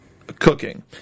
Cooking